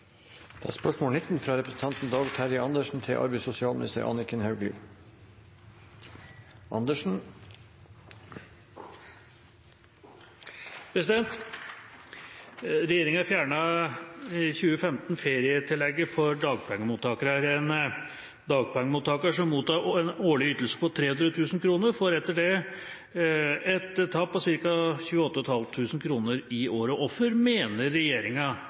i 2015 ferietillegget for dagpengemottakere. En dagpengemottaker som mottar en årlig ytelse på 300 000 kr, får etter dette et tap på 28 500 kr i året. Hvorfor mener